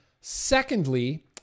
secondly